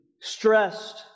stressed